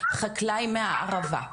חקלאי מהערבה.